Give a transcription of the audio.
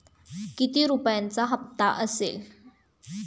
किती रुपयांचा हप्ता असेल?